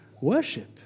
worship